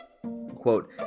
Quote